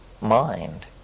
mind